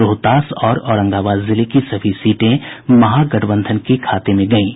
रोहतास और औरंगाबाद जिले की सभी सीटें महागठबंधन के खाते में गयीं